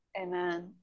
Amen